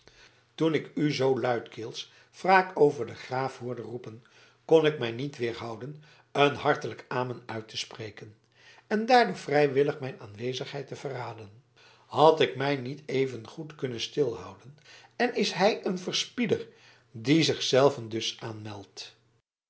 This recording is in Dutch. toen ik u zoo luidkeels wraak over den graaf hoorde roepen kon ik mij niet weerhouden een hartelijk amen uit te spreken en daardoor vrijwillig mijn aanwezigheid te verraden had ik mij niet evengoed kunnen stilhouden en is hij een verspieder die zich zelven dus aanmeldt